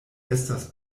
estas